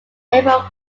airport